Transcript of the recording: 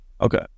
Okay